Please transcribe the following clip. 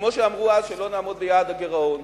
כמו שאמרו אז שלא נעמוד ביעד הגירעון.